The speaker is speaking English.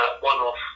one-off